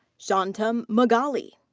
shantam mogali.